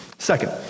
Second